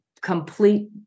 complete